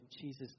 Jesus